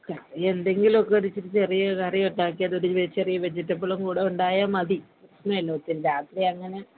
എന്തെങ്കിലും ഒക്കെ ഇച്ചിരി ചെറിയ കറി ഉണ്ടാക്കിയതും പിന്നെ ചെറിയ വെജിറ്റബ്ളും കൂടെ ഉണ്ടായാൽ മതി ഒത്തിരി രാത്രിയങ്ങനെ